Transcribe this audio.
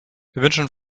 wünschen